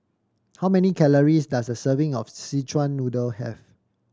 how many calories does a serving of Szechuan Noodle have